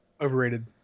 Overrated